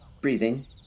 breathing